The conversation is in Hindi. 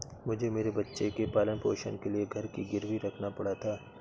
मुझे मेरे बच्चे के पालन पोषण के लिए घर को गिरवी रखना पड़ा था